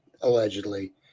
allegedly